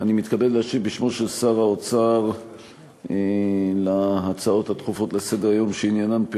אני מתכבד להשיב בשמו של שר האוצר על ההצעות הדחופות לסדר-היום שעניינן,